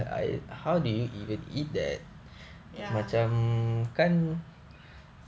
ya